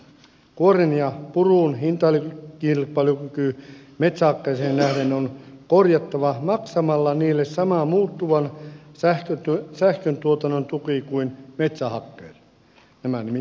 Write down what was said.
kuoren ja purun hintakilpailukyky metsähakkeeseen nähden on korjattava maksamalla niille sama muuttuvan sähköntuotannon tuki kuin metsähakkeelle nämä nimittäin eivät sitä saa